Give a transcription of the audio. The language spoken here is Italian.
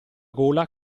gola